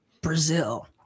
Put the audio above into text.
Brazil